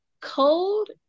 cold